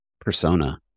persona